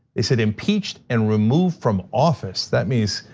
they say impeached and removed from office. that means,